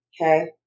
Okay